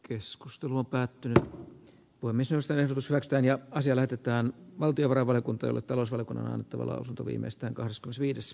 keskustelu päättyi jo valmis jos ajatus lasten ja asia lähetetään valtiovarainvaliokuntaan eteläosa on annettava lausunto viimeistään kaskas viides